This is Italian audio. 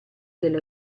della